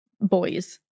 boys